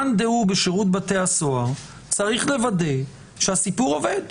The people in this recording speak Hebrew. מאן דהוא בשירות בתי הסוהר צריך לוודא שהסיפור עובד.